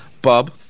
Bub